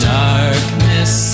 darkness